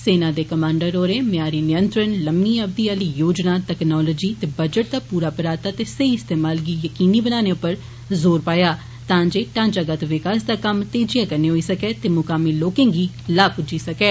सेना दे कमांडर होरें म्यारी नियंत्रण लम्मी अविध आली योजना तकनालोजी ते बजट दा पूरा पराता ते सेई इस्तेमाल गी यकीनी बनाने उप्पर ज़ोर पाया तां जे ढांचागत विकास दा कम्म तेजियां कन्नै होई सकै ते मुकामी लोकें गी लाह् पुज्जी सकैं